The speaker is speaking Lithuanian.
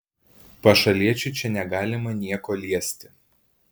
pašaliečiui čia negalima nieko liesti